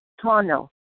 tunnel